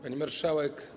Pani Marszałek!